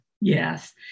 yes